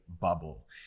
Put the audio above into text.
bubble